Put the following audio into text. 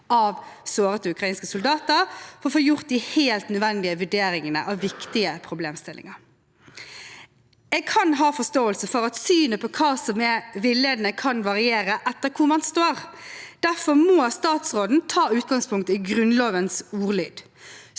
av sårede ukrainske soldater, for å få gjort de helt nødvendige vurderingene av viktige problemstillinger. Jeg kan ha forståelse for at synet på hva som er villedende, kan variere etter hvor man står. Derfor må statsråden ta utgangspunkt i Grunnlovens ordlyd,